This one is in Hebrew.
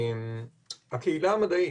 הקהילה המדעית,